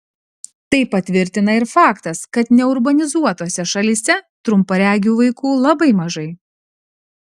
tai patvirtina ir faktas kad neurbanizuotose šalyse trumparegių vaikų labai mažai